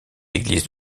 églises